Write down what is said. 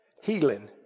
Healing